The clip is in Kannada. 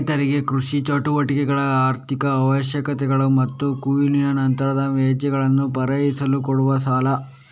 ರೈತರಿಗೆ ಕೃಷಿ ಚಟುವಟಿಕೆಗಳ ಆರ್ಥಿಕ ಅವಶ್ಯಕತೆಗಳನ್ನ ಮತ್ತು ಕೊಯ್ಲಿನ ನಂತರದ ವೆಚ್ಚಗಳನ್ನ ಪೂರೈಸಲು ಕೊಡುವ ಸಾಲ